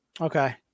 Okay